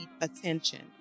attention